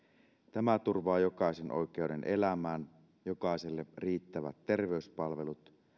tämä turvaa jokaisen oikeuden elämään jokaiselle riittävät terveyspalvelut